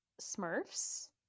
Smurfs